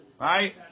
right